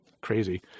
Crazy